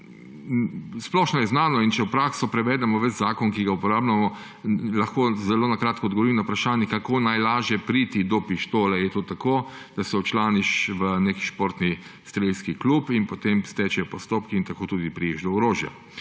Splošno je znano, in če v prakso prevedemo ves zakon, ki ga uporabljamo, lahko zelo na kratko odgovorim na vprašanje, kako najlažje priti do pištole. Včlaniš se v nek športni strelski klub in potem stečejo postopki in tako tudi prideš do orožja.